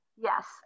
Yes